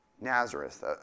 Nazareth